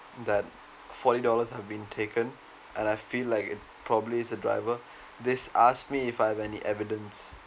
that forty dollars have been taken and I feel like it probably it's the driver they asked me if I have any evidence